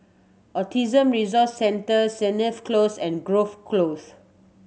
Autism Resource Centre Sennett Close and Grove Close